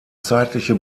zeitliche